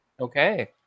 Okay